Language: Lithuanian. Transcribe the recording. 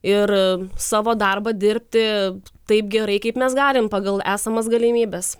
ir savo darbą dirbti taip gerai kaip mes galim pagal esamas galimybes